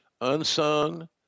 unsung